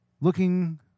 looking